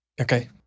Okay